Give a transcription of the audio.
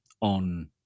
on